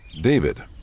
David